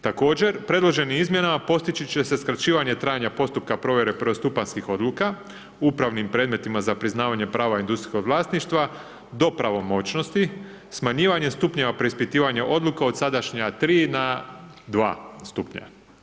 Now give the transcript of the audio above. Također predloženim izmjenama postići će se skraćivanje trajanja postupka provjere prvostupanjskih odluka, u upravnim predmetima za priznavanje prava industrijskog vlasništva, do pravomoćnosti, smanjivanje stupnjeva preispitivanja odluka, od sadašnjih 3 na 2 stupnja.